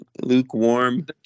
Lukewarm